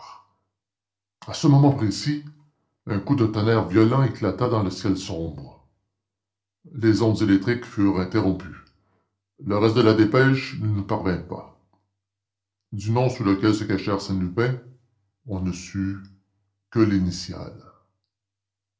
à ce moment précis un coup de tonnerre violent éclata dans le ciel sombre les ondes électriques furent interrompues le reste de la dépêche ne nous parvint pas du nom sous lequel se cachait arsène lupin on ne sut que l'initiale